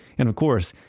and of course,